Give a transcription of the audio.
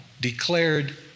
declared